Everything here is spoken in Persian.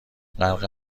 غرق